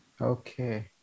Okay